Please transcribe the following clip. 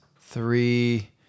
three